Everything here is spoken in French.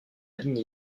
ligne